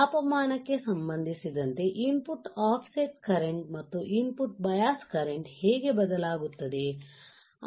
ತಾಪಮಾನಕ್ಕೆ ಸಂಬಂಧಿಸಿದಂತೆ input offset current ಮತ್ತು ಇನ್ ಪುಟ್ ಬಯಾಸ್ ಕರೆಂಟ್ ಹೇಗೆ ಬದಲಾಗುತ್ತದೆ